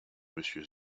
monsieur